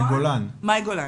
מאי גולן,